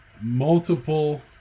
multiple